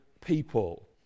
people